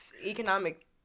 economic